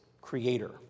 creator